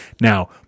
Now